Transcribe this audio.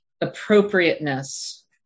appropriateness